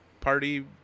party